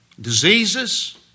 Diseases